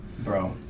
bro